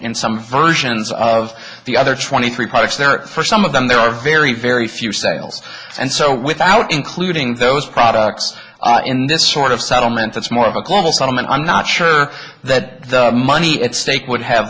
and some versions of the other twenty three products there are some of them there are very very few sales and so without including those products in this sort of settlement that's more of a global settlement i'm not sure that the money at stake would have